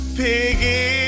piggy